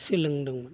सोलोंदोंमोन